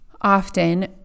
often